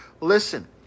Listen